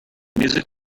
music